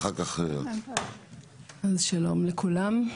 שלום לכולם.